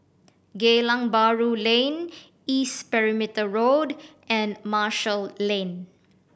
Geylang Bahru Lane East Perimeter Road and Marshall Lane